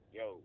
yo